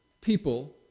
people